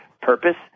purpose